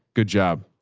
good job.